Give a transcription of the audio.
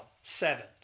seven